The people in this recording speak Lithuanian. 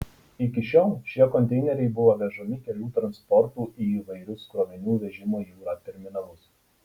iki šiol šie konteineriai buvo vežami kelių transportu į įvairius krovinių vežimo jūra terminalus